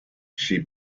she